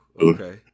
Okay